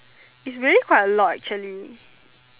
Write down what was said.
is really quite a lot actually